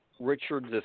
Richard